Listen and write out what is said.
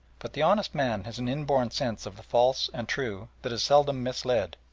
but the honest man has an inborn sense of the false and true that is seldom misled.